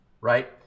right